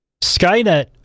Skynet